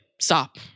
stop